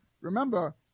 remember